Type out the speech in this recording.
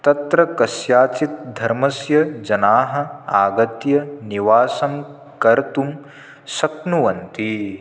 तत्र कस्यचित् धर्मस्य जनाः आगत्य निवासं कर्तुं शक्नुवन्ति